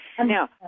Now